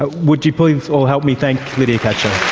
ah would you please all help me thank lydia cacho.